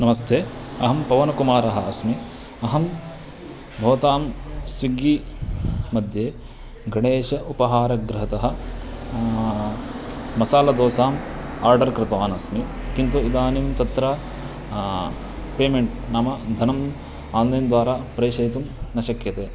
नमस्ते अहं पवनकुमारः अस्मि अहं भवतां स्विग्गिमध्ये गणेशः उपहारगृहतः मसालदोसाम् आर्डर् कृतवान् अस्मि किन्तु इदानीं तत्र पेमेण्ट् नाम धनम् आन्लैन्द्वारा प्रेषयितुं न शक्यते